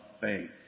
faith